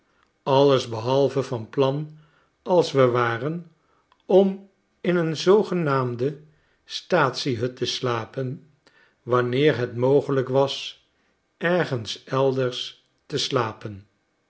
alles behalve van plan als we waren om in een zoogenaamde staatsiehut te slapen wanneer het mogelijk was ergens elders te slapen